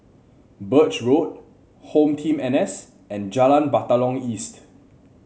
Birch Road Home Team N S and Jalan Batalong East